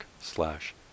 slash